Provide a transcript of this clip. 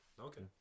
Okay